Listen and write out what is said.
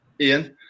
Ian